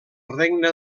regne